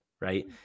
right